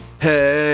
Hey